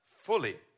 fully